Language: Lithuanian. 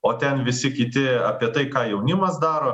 o ten visi kiti apie tai ką jaunimas daro